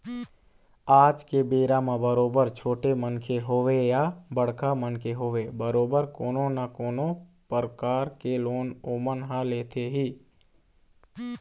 आज के बेरा म बरोबर छोटे मनखे होवय या बड़का मनखे होवय बरोबर कोनो न कोनो परकार के लोन ओमन ह लेथे ही